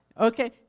Okay